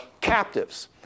captives